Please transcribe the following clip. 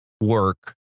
work